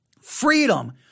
freedom